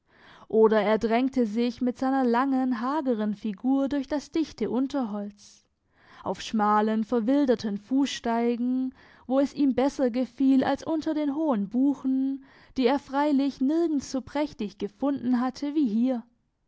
oder er drängte sich mit seiner langen hageren figur durch das dichte unterholz auf schmalen verwilderten fusssteigen wo es ihm besser gefiel als unter den hohen buchen die er freilich nirgends so prächtig gefunden hatte wie hier